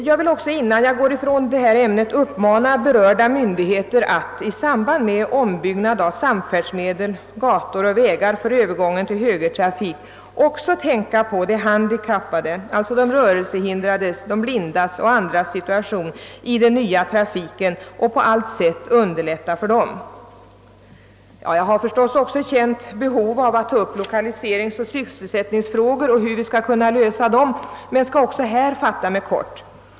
Jag vill också, innan jag lämnar detta ämne, uppmana berörda myndigheter att i samband med ombyggnad av samfärdsmedel, gator och vägar för övergången till högertrafik också tänka på situationen för de handikappade, d. v. s. de rörelsehindrade, blinda m.fl., i den nya trafiken och på allt sätt underlätta för dem. Jag har givetvis också känt ett behov att taga upp lokaliseringsoch sysselsättningsfrågor och hur vi skall kunna lösa dem. Men också på denna punkt skall jag fatta mig kort.